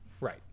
right